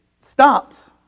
stops